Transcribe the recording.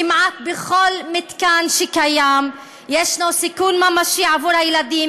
כמעט בכל מתקן שקיים ישנו סיכוי ממשי עבור הילדים",